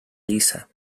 lliça